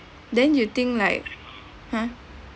then you think like ha